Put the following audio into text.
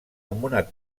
amb